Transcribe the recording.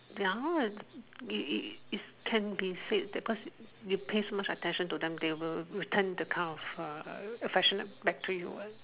ya it it it can be said that because you pay so much attention to them they will return that kind of a affectionate back to you what